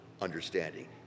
understanding